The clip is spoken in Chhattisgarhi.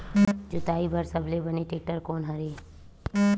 जोताई बर सबले बने टेक्टर कोन हरे?